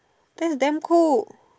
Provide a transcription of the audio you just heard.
that's damn cool